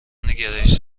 گرایش